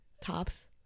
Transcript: tops